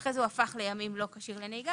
ואחרי זה לימים הוא הפך ללא כשיר לנהיגה